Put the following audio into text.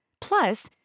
Plus